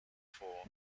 for